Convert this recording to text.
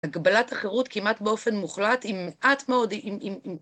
הגבלת החירות כמעט באופן מוחלט עם מעט מאוד..